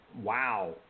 wow